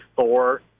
Thor